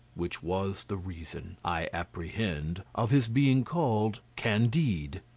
which was the reason, i apprehend, of his being called candide.